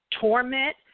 torment